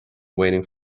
waiting